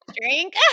drink